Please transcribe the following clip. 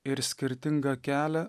ir skirtingą kelią